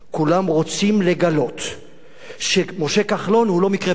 כולם רוצים לגלות שמשה כחלון הוא לא מקרה פרטי.